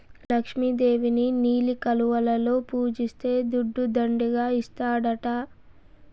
లక్ష్మి దేవిని నీలి కలువలలో పూజిస్తే దుడ్డు దండిగా ఇస్తాడట